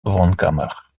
woonkamer